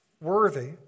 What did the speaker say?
worthy